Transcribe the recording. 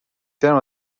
ترم